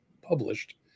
published